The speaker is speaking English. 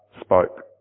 spoke